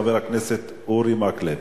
חבר הכנסת אורי מקלב.